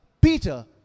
peter